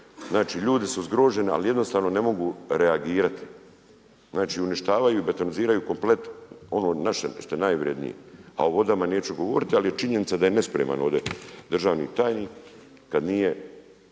Znači ljudi su zgroženi, ali jednostavno ne mogu reagirati. Znači uništavaju i betoniziraju komplet ono naše što je najvrijednije. Ali je činjenica je da je nespreman ovdje državni tajnik kad nije